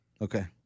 Okay